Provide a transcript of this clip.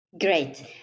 Great